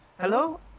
Hello